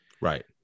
Right